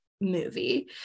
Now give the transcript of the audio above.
movie